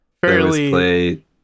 fairly